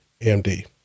AMD